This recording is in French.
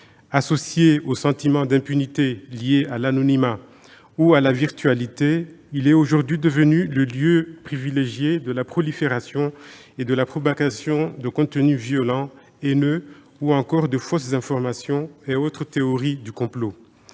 Associé au sentiment d'impunité lié à l'anonymat ou à la virtualité, il est aujourd'hui devenu le lieu privilégié de la prolifération et de la propagation de contenus violents, haineux, ou encore de fausses informations et autres théories du complot.